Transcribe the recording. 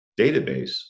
database